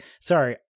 sorry